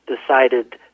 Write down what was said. decided